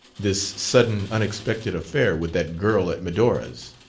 this sudden, unexpected affair with that girl at medora's.